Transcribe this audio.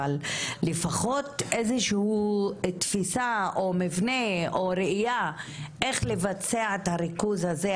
אבל לפחות איזושהי תפיסה או מבנה או ראייה איך לבצע את הריכוז הזה,